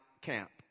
camp